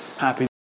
happy